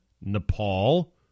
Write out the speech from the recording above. Nepal